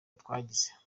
twagize